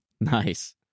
Nice